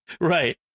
Right